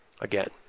again